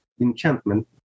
enchantment